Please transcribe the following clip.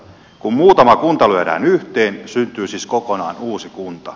kun muutama kunta lyödään yhteen syntyy siis kokonaan uusi kunta